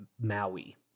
Maui